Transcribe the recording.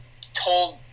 told